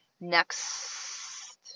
next